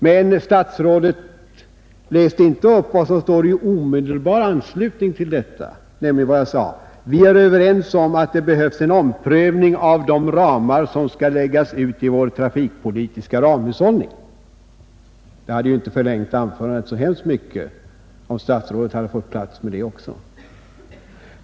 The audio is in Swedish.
Men statsrådet läste inte upp vad som står i omedelbar anslutning till detta, nämligen: ”Vi är överens om att det behövs en omprövning av de ramar som skall läggas ut i vår trafikpolitiska ramhushållning.” Det hade inte förlängt anförandet så mycket att citera det också.